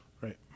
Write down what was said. right